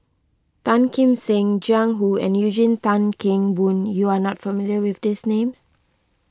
Tan Kim Seng Jiang Hu and Eugene Tan Kheng Boon you are not familiar with these names